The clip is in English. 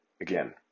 again